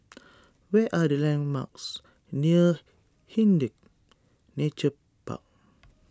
what are the landmarks near Hindhede Nature Park